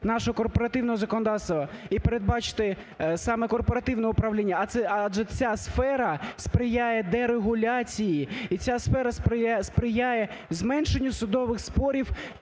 нашого корпоративного законодавства і передбачити саме корпоративне управління, адже ця сфера сприяє дерегуляції. І ця сфера сприяє зменшенню судових спорів